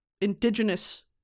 indigenous